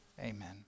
amen